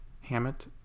Hammett